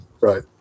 Right